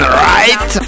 right